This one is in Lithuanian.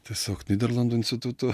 tiesiog nyderlandų institutu